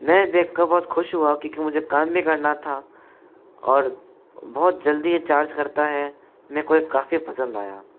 मैं देखकर बहुत खुश हुवा क्योंकि मुझे काम भी करना था और बहुत जल्दी ये चार्ज करता है मेरे को ये काफ़ी पसंद आया